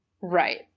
Right